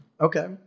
Okay